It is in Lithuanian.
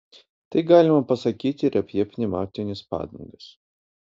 tai galima pasakyti ir apie pneumatines padangas